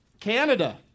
Canada